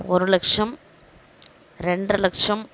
ஒரு லட்சம் ரெண்டர லட்சம்